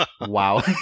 wow